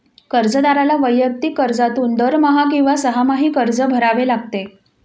कर्जदाराला वैयक्तिक कर्जातून दरमहा किंवा सहामाही कर्ज भरावे लागते